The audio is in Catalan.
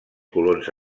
colons